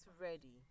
ready